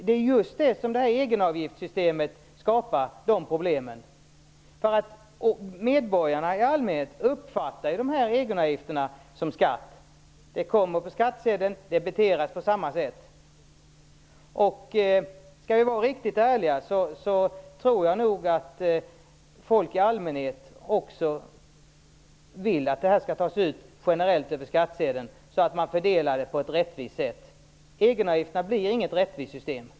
Det är just de problemen som egenavgiftssystemet skapar. Medborgarna i allmänhet uppfattar ju egenavgifterna som skatt. Det kommer på skattsedeln och debiteras på samma sätt. Skall vi vara riktigt ärliga tror jag nog att folk i allmänhet vill att det här skall tas ut generellt över skattsedeln så att det fördelas på ett rättvist sätt. Egenavgifterna innebär inte något rättvist system.